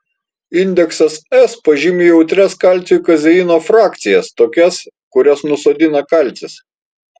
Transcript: indeksas s pažymi jautrias kalciui kazeino frakcijas tokias kurias nusodina kalcis